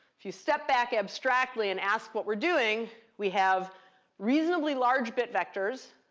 if you step back abstractly and ask what we're doing, we have reasonably large bit vectors.